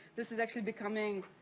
this is actually becoming